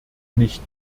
nicht